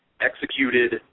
executed